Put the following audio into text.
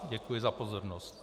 Děkuji za pozornost.